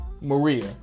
Maria